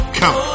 come